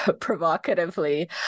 provocatively